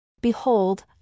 Behold